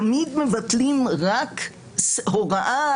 תמיד מבטלים רק הוראה,